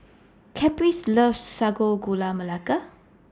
Caprice loves Sago Gula Melaka